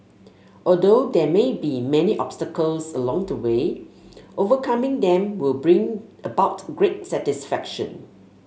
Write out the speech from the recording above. although there may be many obstacles along the way overcoming them will bring about great satisfaction